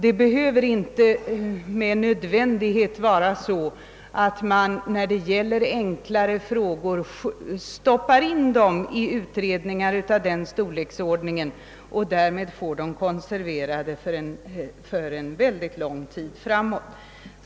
Det behöver inte med nödvändighet vara så att man stoppar in enklare frågor i utredningar av den storleksordningen och därmed får dem konserverade för mycket lång tid framåt.